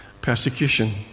persecution